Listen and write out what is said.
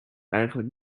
eigenlijk